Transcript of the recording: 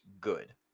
good